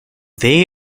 they